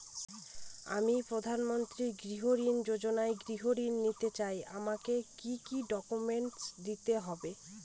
আমি প্রধানমন্ত্রী গৃহ ঋণ যোজনায় গৃহ ঋণ নিতে চাই আমাকে কি কি ডকুমেন্টস দিতে হবে?